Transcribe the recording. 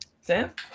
sam